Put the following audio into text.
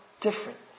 different